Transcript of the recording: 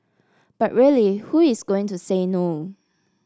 but really who is going to say no